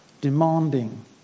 demanding